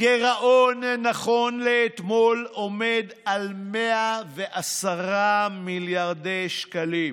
הגירעון נכון לאתמול עומד על 110 מיליארדי שקלים,